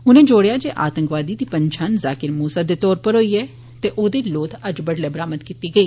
उनें जोड़ेआ जे आतंकवादी दी पन्छान जाकिर मुसा दे तौर उप्पर होई ऐ ते औदी लौथ अज्ज बडलै बरामद कीती गेई